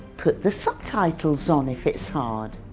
put the subtitles on if it's hard.